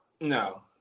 no